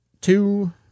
two